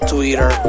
Twitter